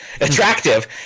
attractive